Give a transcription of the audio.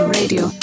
radio